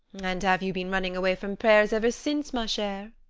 and have you been running away from prayers ever since, ma chere?